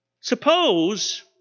Suppose